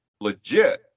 legit